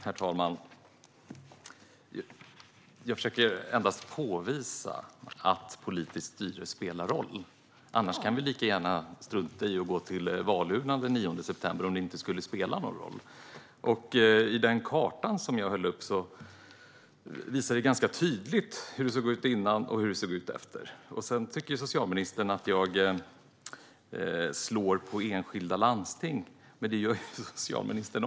Herr talman! Jag försöker endast påvisa att politiskt styre spelar roll. Om det inte skulle spela någon roll kan vi lika gärna strunta i att gå till valurnorna den 9 september. Den karta jag höll upp visar ganska tydligt hur det såg ut innan och hur det såg ut efter. Socialministern tycker att jag slår på enskilda landsting, men det gör även socialministern.